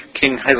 King